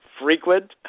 frequent